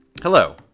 Hello